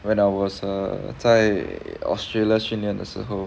when I was err 在 australia 训练的时候